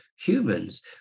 humans